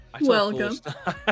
Welcome